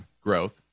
growth